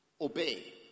obey